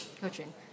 coaching